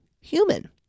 human